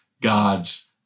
God's